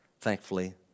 Thankfully